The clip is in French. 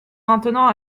maintenant